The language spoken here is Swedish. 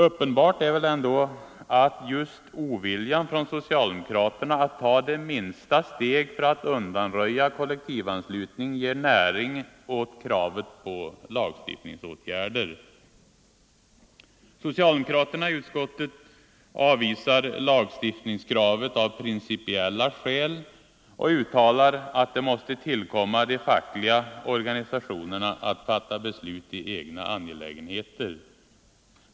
Uppenbart är väl ändå att just oviljan från socialdemokraterna att ta det minsta steg för att undanröja kollektivanslutningen ger näring åt kravet på lagstiftningsåtgärder. Socialdemokraterna i utskottet avvisar lagstiftningskravet av principiella skäl och uttalar att det måste tillkomma de fackliga organisationerna att fatta beslut i egna angelägenheter.